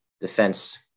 defense